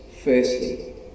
firstly